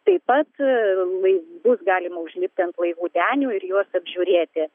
taip pat lai bus galima užlipti ant laivų denių ir juos apžiūrėti